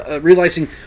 realizing